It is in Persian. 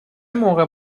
موقع